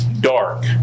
dark